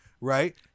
Right